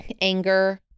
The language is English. anger